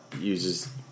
uses